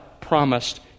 promised